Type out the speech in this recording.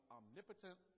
omnipotent